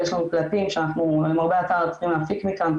ויש לנו פרטים שאנחנו למרבה הצער צריכים להפיק מכאן,